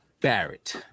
Barrett